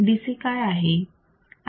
DC काय आहे